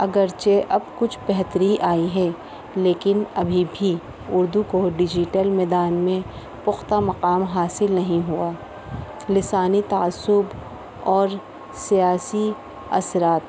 اگرچہ اب کچھ بہتری آئی ہے لیکن ابھی بھی اردو کو ڈیجیٹل میدان میں پختہ مقام حاصل نہیں ہوا لسانی تعصب اور سیاسی اثرات